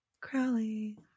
Crowley